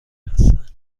هستند